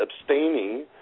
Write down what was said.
abstaining